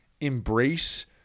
embrace